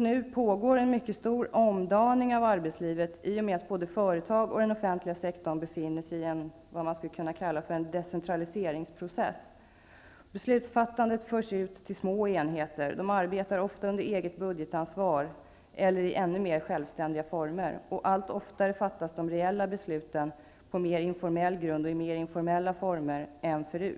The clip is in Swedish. Nu pågår en omdaning i grunden av arbetslivet i och med att både företag och den offentliga sektorn befinner sig i vad man skulle kunna kalla för en decentraliseringsprocess. Beslutsfattandet förs ut till små enheter. De arbetar ofta under eget budgetansvar eller i ännu mer självständiga former. Allt oftare fattas de reella besluten på mer informell grund och i mer informella former än tidigare.